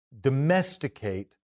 domesticate